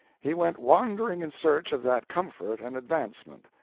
he went wandering in search of that comfort and advancement,